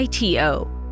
ITO